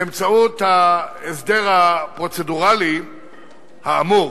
באמצעות ההסדר הפרוצדורלי האמור